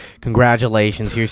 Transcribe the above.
congratulations